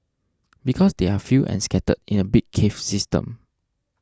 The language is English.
because they are few and scattered in a big cave system